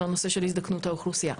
על הנושא של הזדקנות האוכלוסייה.